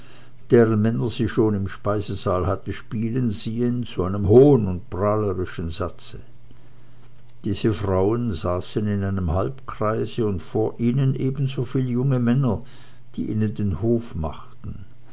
deren männer sie schon in dem speisesaal hatte spielen sehen zu einem hohen prahlerischen satze diese frauen saßen in einem engen halbkreise und vor ihnen ebensoviel junge männer die ihnen den hof machten